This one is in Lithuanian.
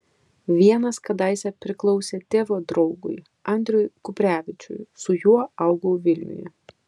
vienas kadaise priklausė tėvo draugui andriui kuprevičiui su juo augau vilniuje